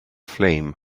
flame